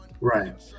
right